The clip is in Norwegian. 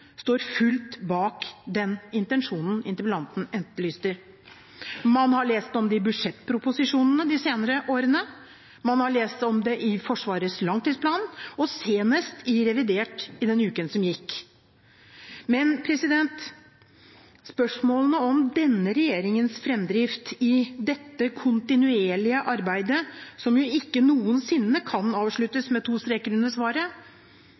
står fullt bak den intensjonen interpellanten etterlyser. Man har lest om det i budsjettproposisjonene i de senere årene. Man har lest om det i Forsvarets langtidsplan, og senest i revidert nasjonalbudsjett i den uken som har gått. Men spørsmålene om denne regjeringens framdrift i dette kontinuerlige arbeidet, som jo ikke noensinne kan avsluttes med to streker under svaret,